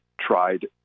tried